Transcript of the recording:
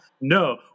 No